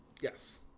yes